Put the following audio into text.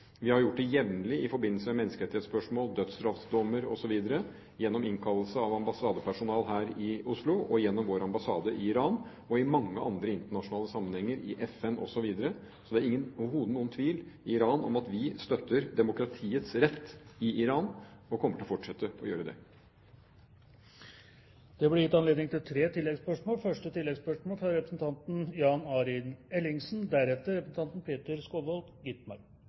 Vi har gjort det jevnlig i forbindelse med menneskerettighetsspørsmål, dødsstraffsdommer osv., gjennom innkallelse av ambassadepersonale her i Oslo, gjennom vår ambassade i Iran og i mange andre internasjonale sammenhenger, i FN osv. Så det er overhodet ingen tvil i Iran om at vi støtter demokratiets rett i Iran og kommer til å fortsette å gjøre det. Det blir anledning til tre oppfølgingsspørsmål – først Jan Arild Ellingsen.